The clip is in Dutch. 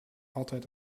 altijd